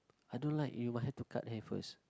I don't like you might have to cut hair first